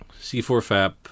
C4FAP